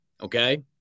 Okay